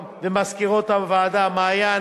למזכירות הוועדה מעיין,